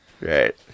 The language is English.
right